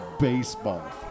baseball